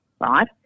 Right